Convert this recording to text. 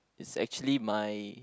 it's actually my